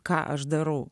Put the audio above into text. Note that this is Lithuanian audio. ką aš darau